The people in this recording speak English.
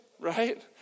Right